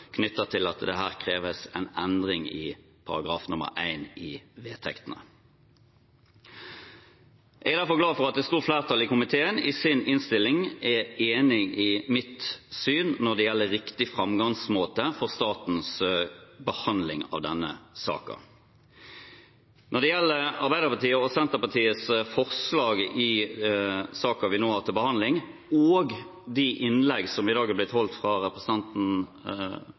knyttet til at det her kreves en endring i § 1 i vedtektene. Jeg er derfor glad for at et stort flertall i komiteen i sin innstilling er enig i mitt syn når det gjelder riktig framgangsmåte for statens behandling av denne saken. Når det gjelder Arbeiderpartiet og Senterpartiets forslag i saken vi nå har til behandling, og de innleggene som i dag er blitt holdt av representanten